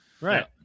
right